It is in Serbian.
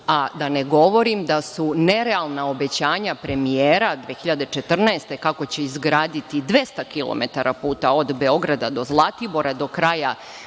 a da ne govorim da su nerealna obećanja premijera 2014. godine kako će izgraditi 200 km puta od Beograda do Zlatibora do kraja